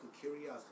curiosity